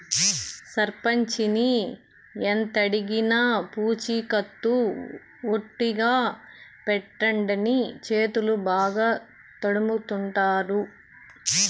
సర్పంచిని ఎంతడిగినా పూచికత్తు ఒట్టిగా పెట్టడంట, చేతులు బాగా తడపమంటాండాడు